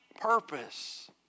purpose